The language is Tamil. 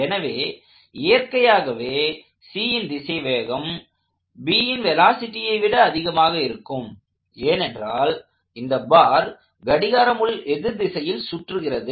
எனவே இயற்கையாகவே Cன் திசைவேகம் Bன் வெலாசிட்டியை விட அதிகமாக இருக்கும் ஏனென்றால் இந்த பார் கடிகார எதிர் திசையில் சுற்றுகிறது